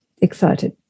excited